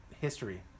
history